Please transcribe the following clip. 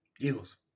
Eagles